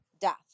death